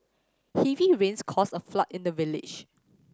heavy rains caused a flood in the village